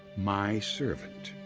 my servant.